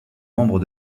membres